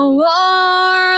war